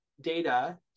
data